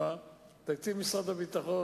לפחות הדבר הזה,